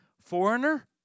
foreigner